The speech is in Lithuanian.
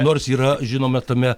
nors yra žinoma tame